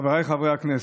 חבריי חברי הכנסת,